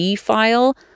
file